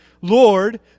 Lord